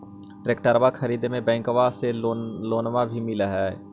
ट्रैक्टरबा खरीदे मे बैंकबा से लोंबा मिल है?